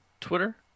twitter